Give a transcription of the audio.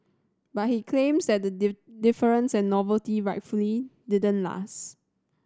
but he claims that the deference and novelty rightfully didn't last